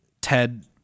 Ted